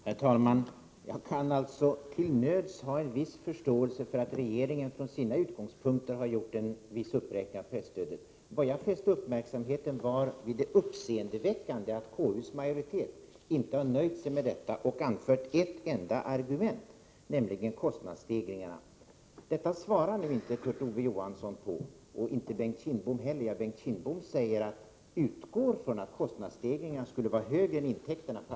Herr talman! Jag kan till nöds ha en viss förståelse för att regeringen utifrån sina utgångspunkter har gjort en viss uppräkning av presstödet. Jag fäste uppmärksamheten på det uppseendeväckande i att konstitutionsutskottets majoritet inte har nöjt sig med detta och endast anfört ett argument, nämligen kostnadsstegringarna. Varken Kurt Ove Johansson eller Bengt Kindbom svarade på detta. Bengt Kindbom säger att han utgår ifrån att kostnadsstegringarna skulle vara högre än intäkterna.